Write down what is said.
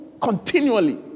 Continually